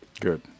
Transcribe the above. Good